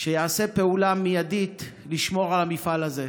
שיעשה פעולה מיידית לשמור על המפעל הזה.